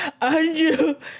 Andrew